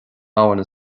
abhainn